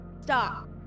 Stop